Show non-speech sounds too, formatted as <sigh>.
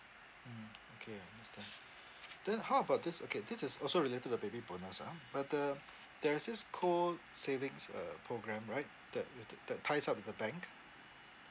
mm okay understand then how about this okay this is also related to baby bonus ah uh the there is this co savings uh programme right that <noise> that ties up with the bank